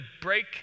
break